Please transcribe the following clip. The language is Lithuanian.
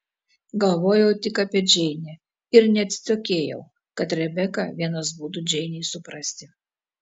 galvojau tik apie džeinę ir neatsitokėjau kad rebeka vienas būdų džeinei suprasti